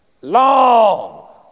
long